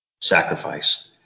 sacrifice